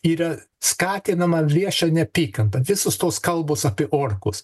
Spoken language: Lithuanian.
yra skatinama vieša neapykanta visos tos kalbos apie orkus